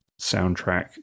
soundtrack